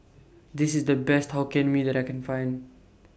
This IS The Best Hokkien Mee that I Can Find